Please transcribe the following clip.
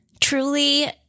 Truly